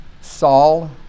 Saul